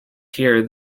here